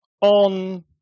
on